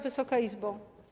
Wysoka Izbo!